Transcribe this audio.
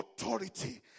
authority